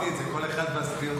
אהבתי את זה, כל אחד והסטיות שלו.